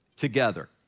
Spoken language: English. together